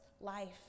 life